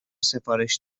سفارش